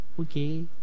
Okay